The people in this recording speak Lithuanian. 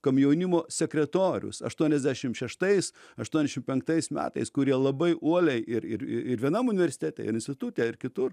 komjaunimo sekretorius aštuoniasdešim šeštais aštuoniasdešim penktais metais kurie labai uoliai ir ir ir vienam universitete ir institute ir kitur